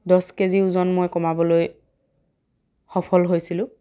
দহ কেজি ওজন মই কমাবলৈ সফল হৈছিলোঁ